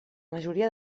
majoria